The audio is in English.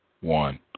one